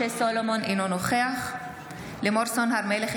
אינו נוכח לימור סון הר מלך,